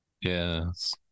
Yes